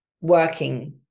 working